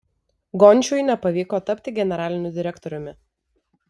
gončiui nepavyko tapti generaliniu direktoriumi